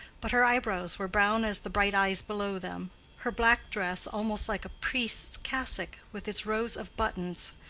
but her eyebrows were brown as the bright eyes below them her black dress, almost like a priest's cassock with its rows of buttons,